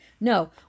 No